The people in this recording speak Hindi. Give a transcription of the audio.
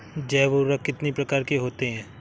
जैव उर्वरक कितनी प्रकार के होते हैं?